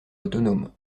autonome